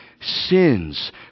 sins